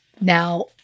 Now